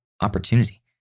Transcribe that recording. opportunity